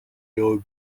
yombi